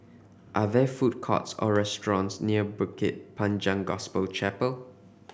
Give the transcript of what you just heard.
are there food courts or restaurants near Bukit Panjang Gospel Chapel